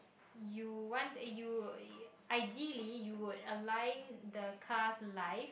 you want you ideally you would align the car's life